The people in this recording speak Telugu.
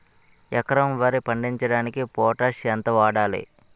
ఎకరం వరి పండించటానికి పొటాష్ ఎంత వాడాలి?